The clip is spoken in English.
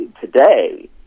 today